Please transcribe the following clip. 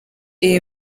iyi